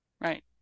Right